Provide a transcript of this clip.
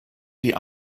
die